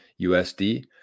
USD